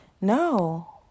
No